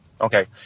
Okay